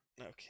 okay